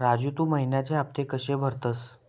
राजू, तू महिन्याचे हफ्ते कशे भरतंस?